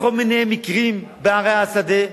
בכל מיני מקרים בערי השדה,